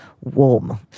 warm